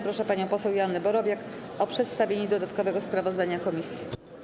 Proszę panią poseł Joannę Borowiak o przedstawienie dodatkowego sprawozdania komisji.